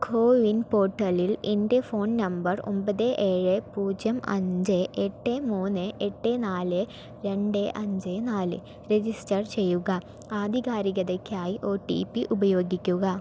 കോവിൻ പോർട്ടലിൽ എൻ്റെ phone number ഒമ്പത് ഏഴ് പൂജ്യം അഞ്ച് എട്ട് മൂന്ന് എട്ട് നാലേ രണ്ട് അഞ്ച് നാല് രജിസ്റ്റർ ചെയ്യുക ആധികാരികതയ്ക്കായി ഒ ടി പി ഉപയോഗിക്കുക